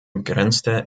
begrenzte